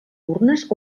urnes